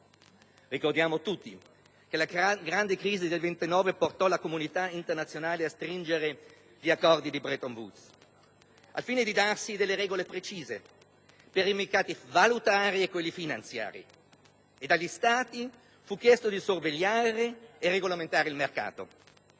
Ricordiamo tutti che la grande crisi del 1929 portò la comunità internazionale a stringere gli accordi di Bretton Woods al fine di darsi regole precise per i mercati valutari e finanziari; inoltre, agli Stati fu chiesto di sorvegliare e regolamentare il mercato.